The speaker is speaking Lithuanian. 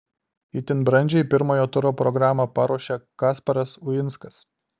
itin brandžiai pirmojo turo programą paruošė kasparas uinskas